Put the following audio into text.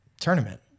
tournament